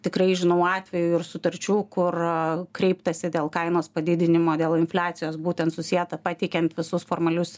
tikrai žinau atvejų ir sutarčių kur kreiptasi dėl kainos padidinimo dėl infliacijos būtent susieta pateikiant visus formalius